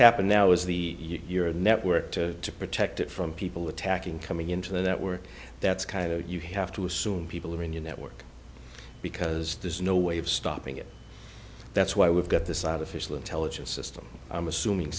happened now is the you're a network to protect it from people attacking coming into the network that's kind of you have to assume people are in your network because there's no way of stopping it that's why we've got this out official intelligence system i'm assuming